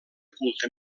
culte